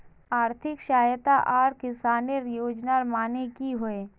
आर्थिक सहायता आर किसानेर योजना माने की होय?